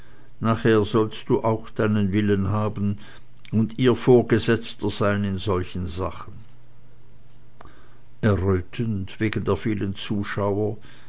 nachher sollst du auch deinen willen haben und ihr vorgesetzter sein in solchen sachen errötend wegen der vielen zuschauer